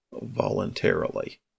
voluntarily